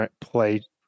play